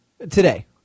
Today